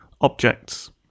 objects